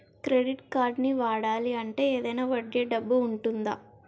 Credit కార్డ్ని వాడాలి అంటే ఏదైనా వడ్డీ డబ్బు ఉంటుందా?